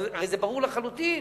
הרי זה ברור לחלוטין